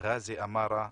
גאזי אמארה,